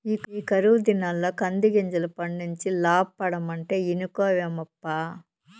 ఈ కరువు దినాల్ల కందిగింజలు పండించి లాబ్బడమంటే ఇనుకోవేమప్పా